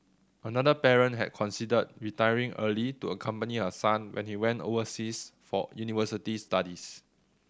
another parent had considered retiring early to accompany her son when he went overseas for university studies